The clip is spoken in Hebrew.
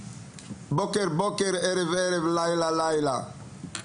בוקר-בוקר, ערב-ערב, לילה-לילה.